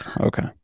okay